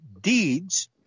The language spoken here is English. deeds